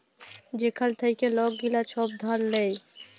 যেখাল থ্যাইকে লক গিলা ছব ধার লেয়